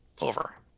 over